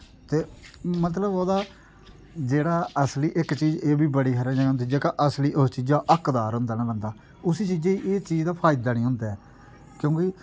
ते मतलब ओह्दा जेह्ड़ा असली इक चीज़ एह बी बड़ी थाहरें होंदी जेह्ड़ा असली उस चीजै दा हकदार होंदा ना बंदा उसी चीजै गी एह् चीज दा फायदा निं होंदा ऐ क्योंकि